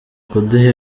kuduha